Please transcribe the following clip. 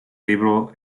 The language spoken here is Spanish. libro